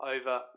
over